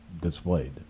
displayed